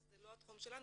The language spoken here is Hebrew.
וזה לא התחום שלנו.